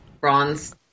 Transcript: Bronze